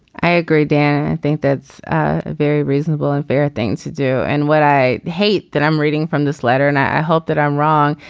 i agree that i think that's a very reasonable and fair thing to do and what i hate that i'm reading from this letter and i hope that i'm wrong.